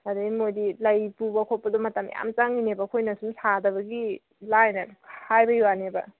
ꯑꯗꯩ ꯃꯣꯏꯗꯤ ꯂꯩ ꯄꯨꯕ ꯈꯣꯠꯄꯗꯣ ꯃꯇꯝ ꯌꯥꯝ ꯆꯪꯉꯤꯅꯦꯕ ꯑꯩꯈꯣꯏꯅ ꯁꯨꯝ ꯁꯥꯗꯕꯒꯤ ꯂꯥꯏꯅ ꯍꯥꯏꯕꯩ ꯋꯥꯅꯦꯕ